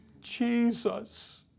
Jesus